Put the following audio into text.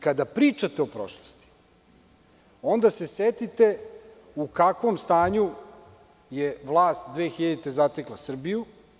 Kada pričate o prošlosti, onda se setite u kakvom stanju je vlast 2000. godine zatekla Srbiju.